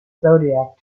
zodiac